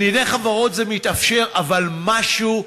בדיני חברות זה מתאפשר, אבל משהו,